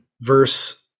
verse